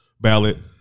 Ballot